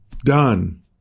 done